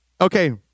Okay